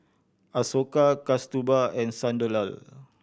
Ashoka Kasturba and Sunderlal